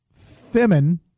Femin